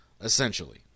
essentially